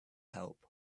help